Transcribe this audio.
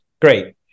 great